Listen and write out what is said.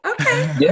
okay